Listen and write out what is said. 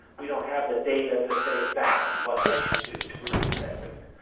we don't have the data to say exactly what they should do to reduce that risk.